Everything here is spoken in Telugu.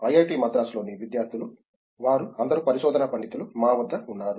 ఐఐటి మద్రాసులోని విద్యార్థులు వారు అందరూ పరిశోధనా పండితులు మా వద్ద ఉన్నారు